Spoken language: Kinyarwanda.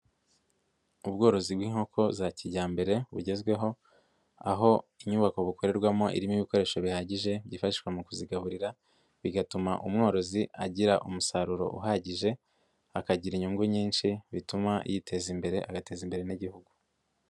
Ubworozi bw'inkoko za kijyambere bugezweho, aho inyubako bukorerwamo irimo ibikoresho bihagije byifashishwa mu kuzigaburira, bigatuma umworozi agira umusaruro uhagije, akagira inyungu nyinshi bituma yiteza imbere, agateza imbere n'igihugu.